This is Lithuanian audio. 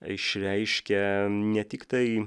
išreiškia ne tiktai